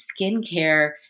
skincare